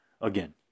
again